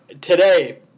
today